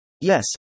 Yes